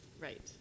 right